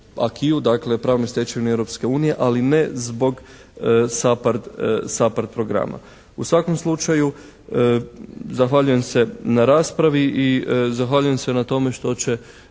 dakle pravnoj stečevini Europske unije ali ne zbog SAPARD programa. U svakom slučaju zahvaljujem se na raspravi i zahvaljujem se na tome što će